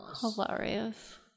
Hilarious